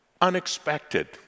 unexpected